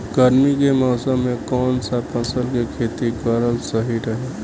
गर्मी के मौषम मे कौन सा फसल के खेती करल सही रही?